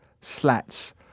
slats